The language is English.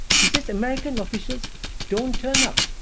he says american officials don't turn up,